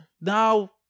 Now